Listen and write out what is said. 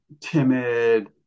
timid